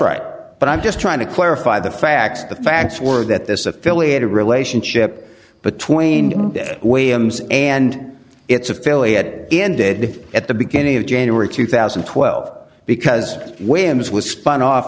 right but i'm just trying to clarify the facts the facts were that this affiliated relationship between way m's and its affiliate ended at the beginning of january two thousand and twelve because whims was spun off